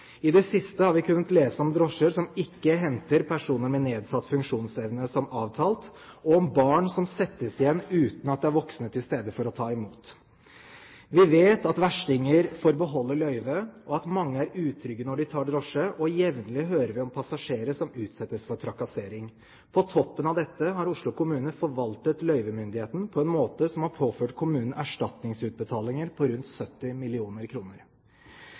I det siste har vi kunnet lese om drosjer som ikke henter personer med nedsatt funksjonsevne som avtalt, og om barn som settes igjen, uten at det er voksne til stede for å ta imot. Vi vet at verstinger får beholde løyvet, og at mange er utrygge når de tar drosje. Og jevnlig hører vi om passasjer som utsettes for trakassering. På toppen av dette har Oslo kommune forvaltet løyvemyndigheten på en måte som har påført kommunen erstatningsutbetalinger på rundt 70